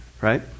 right